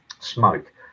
smoke